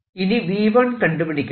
ഇനി V1 കണ്ടുപിടിക്കണം